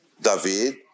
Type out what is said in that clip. David